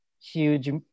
huge